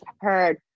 heard